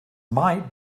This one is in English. might